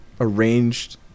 arranged